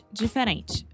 diferente